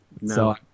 No